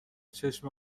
چشم